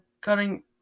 cutting